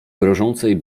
grożącej